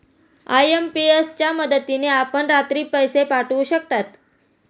IMPS च्या मदतीने आपण रात्री पैसे पाठवू शकता